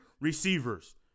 receivers